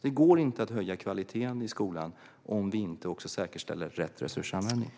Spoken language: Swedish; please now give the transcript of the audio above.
Det går inte att höja kvaliteten i skolan om vi inte också säkerställer rätt resursanvändning.